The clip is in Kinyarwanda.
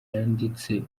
yanditse